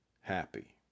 happy